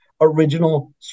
Original